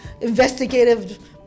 investigative